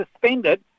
suspended